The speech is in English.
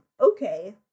Okay